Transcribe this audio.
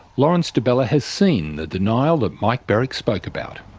lawrence di bella has seen the denial that mike berwick spoke about.